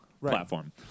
platform